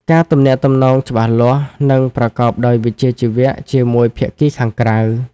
ការទំនាក់ទំនងច្បាស់លាស់ និងប្រកបដោយវិជ្ជាជីវៈជាមួយភាគីខាងក្រៅ ។